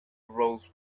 roles